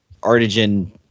Artigen